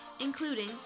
including